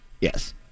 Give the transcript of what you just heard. Yes